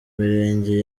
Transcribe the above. mirenge